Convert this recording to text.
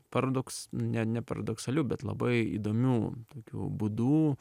paradoks ne ne paradoksaliu bet labai įdomiu tokiu būdu